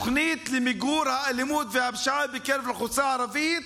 למיגור האלימות והפשיעה בקרב האוכלוסייה הערבית,